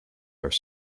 are